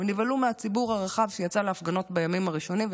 הם נבהלו מהציבור הרחב שיצא להפגנות בימים הראשונים,